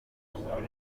kuvurwa